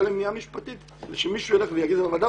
למניעה משפטית כדי שמישהו יגיע לוועדה,